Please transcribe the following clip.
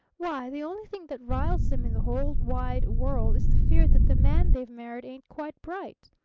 why, the only thing that riles them in the whole wide world is the fear that the man they've married ain't quite bright.